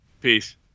Peace